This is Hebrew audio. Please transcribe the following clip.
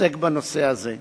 עוסק בנושא הזה,